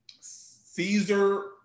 Caesar